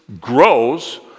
grows